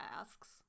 asks